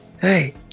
hey